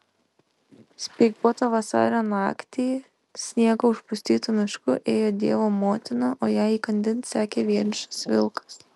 speiguotą vasario naktį sniego užpustytu mišku ėjo dievo motina o jai įkandin sekė vienišas vilkas